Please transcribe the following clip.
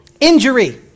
Injury